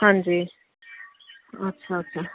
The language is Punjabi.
ਹਾਂਜੀ ਅੱਛਾ ਅੱਛਾ